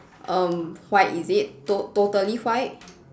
um white is it to~ totally white